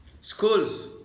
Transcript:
schools